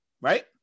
right